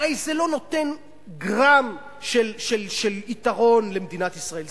הרי זה לא נותן גרם של יתרון למדינת ישראל.